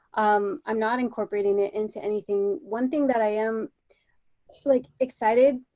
um i'm not incorporating it into anything. one thing that i am like excited,